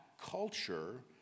culture